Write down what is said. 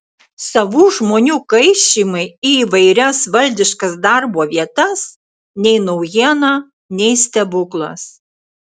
savų žmonių kaišymai į įvairias valdiškas darbo vietas nei naujiena nei stebuklas